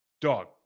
dog